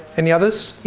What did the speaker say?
any others?